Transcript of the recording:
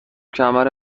کمر